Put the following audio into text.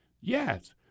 Yes